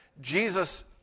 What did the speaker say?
Jesus